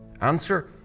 Answer